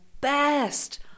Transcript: best